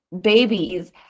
babies